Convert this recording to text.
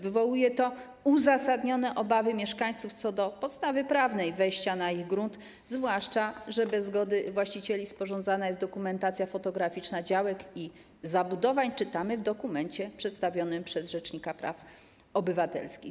Wywołuje to uzasadnione obawy mieszkańców co do podstawy prawnej wejścia na ich grunt, zwłaszcza że bez zgody właścicieli sporządzana jest dokumentacja fotograficzna działek i zabudowań, czytamy w dokumencie przedstawionym przez rzecznika praw obywatelskich.